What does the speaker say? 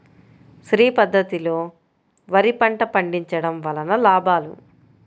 శ్రీ పద్ధతిలో వరి పంట పండించడం వలన లాభాలు?